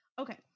Okay